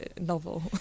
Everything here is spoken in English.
novel